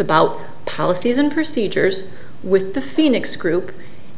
about policies and procedures with the phoenix group